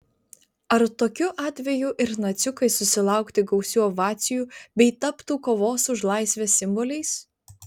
ar tokiu atveju ir naciukai susilaukti gausių ovacijų bei taptų kovos už laisvę simboliais